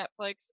Netflix